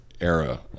era